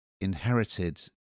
inherited